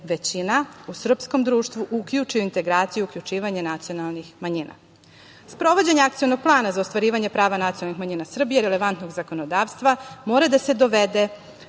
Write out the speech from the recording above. većina u srpskom društvu uključi u integraciju i uključivanje nacionalnih manjina. Sprovođenje akcionog plana za ostvarivanje prava nacionalnih manjina Srbije, relevantnog zakonodavstva, mora da se dovede